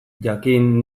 jakin